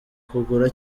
kugura